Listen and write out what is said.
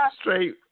Straight